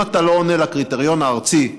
אם אתה לא עונה לקריטריון הארצי,